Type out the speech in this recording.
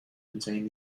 contain